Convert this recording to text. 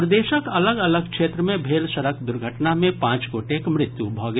प्रदेशक अलग अलग क्षेत्र मे भेल सड़क दुर्घटना मे पांच गोटेक मृत्यु भऽ गेल